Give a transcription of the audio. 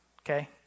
okay